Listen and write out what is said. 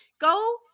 go